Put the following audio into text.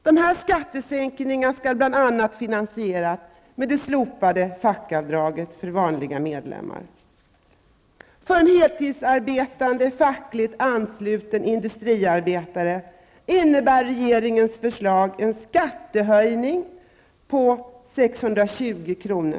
Dessa skattesänkningar skall bl.a. finansieras med det slopade fackavdraget för vanliga medlemmar. För en heltidsarbetande fackligt ansluten industriarbetare innebär regeringens förslag en skattehöjning med ca 620 kr. per år.